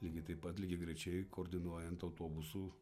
lygiai taip pat lygiagrečiai koordinuojant autobusų